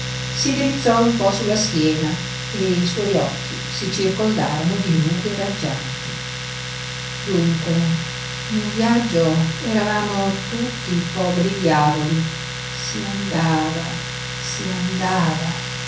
si drizzò un po sulla schiena e i suoi occhi si circondarono di rughe raggianti dunque in viaggio eravamo tutti poveri diavoli si andava si andava